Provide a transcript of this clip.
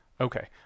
Okay